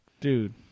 dude